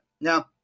Now